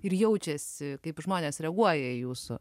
ir jaučiasi kaip žmonės reaguoja į jūsų